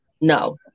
no